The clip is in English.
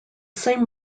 same